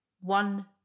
one